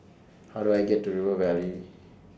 How Do I get to River Valley